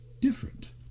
different